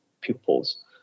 pupils